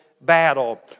battle